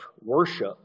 worship